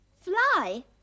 Fly